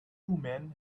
men